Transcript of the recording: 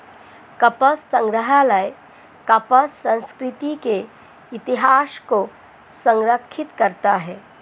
कपास संग्रहालय कपास संस्कृति के इतिहास को संरक्षित करता है